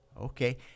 Okay